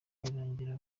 birangira